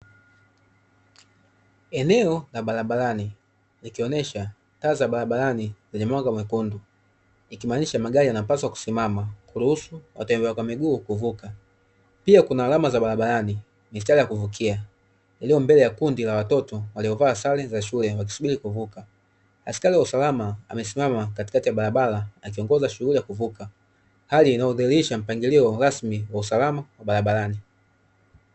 Eneo la barabarani likionesha taa za barabarani zenye mwanga mwekundu, ikimaanisha magari yanapaswa kusimama, kuruhusu watembea kwa miguu kuvuka, pia kuna alama za barabarani mistari ya kuvukia, iliyo mbele ya kundi la watoto waliovaa sare za shule wakisubiri kuvuka, askari wa usalama amesimama katikati ya barabara akiongoza shughuli ya kuvuka, hali inayodhihirisha mpangilio rasmi wa usalama barabarani.